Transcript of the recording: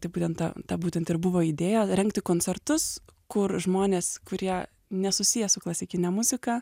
tai būtent ta ta būtent ir buvo idėja rengti koncertus kur žmonės kurie nesusiję su klasikine muzika